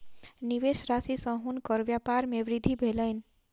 निवेश राशि सॅ हुनकर व्यपार मे वृद्धि भेलैन